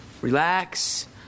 Relax